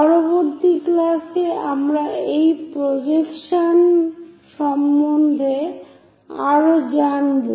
পরবর্তী ক্লাসে আমরা এই প্রজেকশন সম্বন্ধে আরো জানব